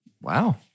Wow